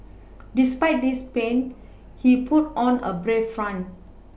despite this pain he put on a brave front